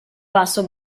basso